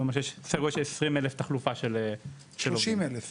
זה אומר שיש סדר גודל של 20,000 תחלופה --- 30,000 בערך.